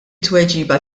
tweġiba